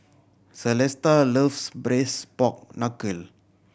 Celesta loves braise pork knuckle